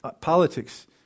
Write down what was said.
politics